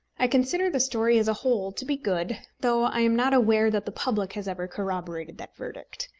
i consider the story as a whole to be good, though i am not aware that the public has ever corroborated that verdict.